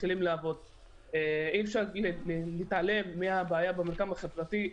אי אפשר להתעלם מהבעיה במרקם החברתי.